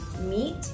Meat